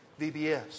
VBS